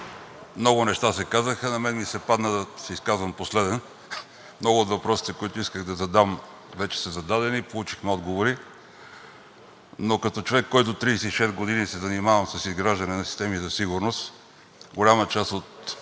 Много неща се казаха, на мен ми се падна да се изказвам последен. Много от въпросите, които исках да задам, вече са зададени, получихме отговори. Но като човек, който 36 години се занимавам с изграждане на системи за сигурност, голяма част от